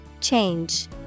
Change